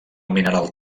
mineral